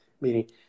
meaning